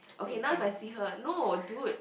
okay now if I see her no dude